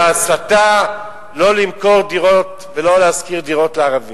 וההסתה לא למכור דירות ולא להשכיר דירות לערבים.